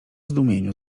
zdumieniu